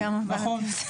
נכון.